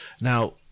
now